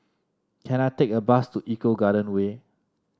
can I take a bus to Eco Garden Way